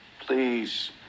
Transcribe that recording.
Please